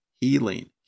Healing